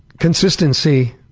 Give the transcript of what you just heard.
consistency.